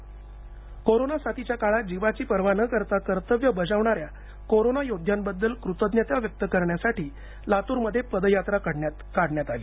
corona लातर corona साथीच्याकाळात जीवाची पर्वा न करता कर्तव्य बजावणाऱ्या कोरोना योद्ध्यांबद्दल कृतज्ञताव्यक्त करण्यासाठी लातूरमध्ये पदयात्रा काढण्यात आली